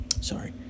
sorry